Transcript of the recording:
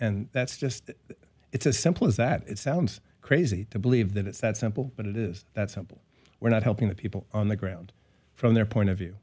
and that's just it's as simple as that it sounds crazy to believe that it's that simple but it is that simple we're not helping the people on the ground from their point of view